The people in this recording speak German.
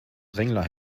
drängler